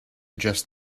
just